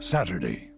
Saturday